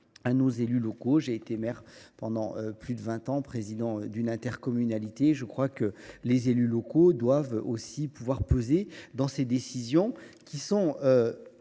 à nos élus locaux. Pour avoir été maire pendant plus de vingt ans et président d’une intercommunalité, je crois que les élus locaux doivent aussi pouvoir peser sur les décisions